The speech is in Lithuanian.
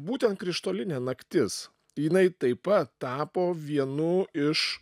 būtent krištolinė naktis jinai taip pa tapo vienu iš